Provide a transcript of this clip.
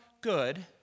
good